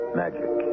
magic